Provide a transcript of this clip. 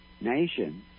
nation